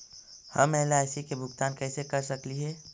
हम एल.आई.सी के भुगतान कैसे कर सकली हे?